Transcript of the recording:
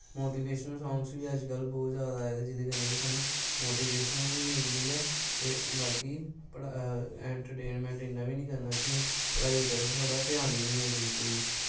motivational songs बी अजकल बहुत जादा आए दे जेह्दे कन्नै कि साह्नू मोटिवेशन बी मिलदी ऐ ते बाकी इंट्रटेनमैंट इन्ना बी नी करना की पढ़ाई दी तरफ थोहाड़ा ध्यान गै नी होए बिल्कुल बी